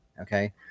okay